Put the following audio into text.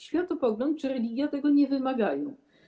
Światopogląd czy religia tego nie wymagają.